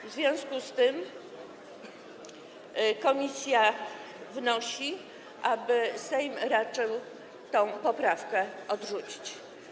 W związku z tym komisja wnosi, aby Sejm raczył tę poprawkę odrzucić.